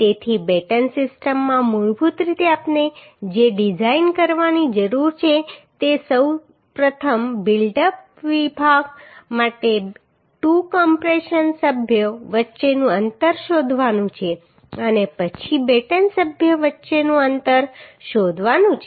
તેથી બેટન સિસ્ટમમાં મૂળભૂત રીતે આપણે જે ડિઝાઇન કરવાની જરૂર છે તે સૌ પ્રથમ બિલ્ડ અપ વિભાગ માટે 2 કમ્પ્રેશન સભ્યો વચ્ચેનું અંતર શોધવાનું છે અને પછી બેટન સભ્યો વચ્ચેનું અંતર શોધવાનું છે